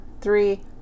three